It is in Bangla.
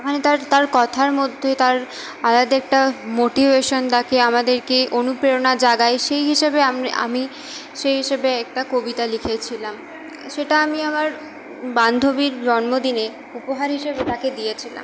মানে তার কথার মধ্যে তার আলাদা একটা মোটিভেশান থাকে আমাদেরকে অনুপ্রেরণা জাগায় সেই হিসাবে আমি সেই হিসেবে একটা কবিতা লিখেছিলাম সেটা আমি আমার বান্ধবীর জন্মদিনে উপহার হিসেবে তাকে দিয়েছিলাম